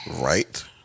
right